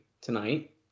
tonight